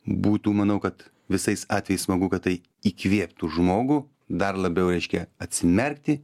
būtų manau kad visais atvejais smagu kad tai įkvėptų žmogų dar labiau reiškią atsimerkti